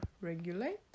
Regulate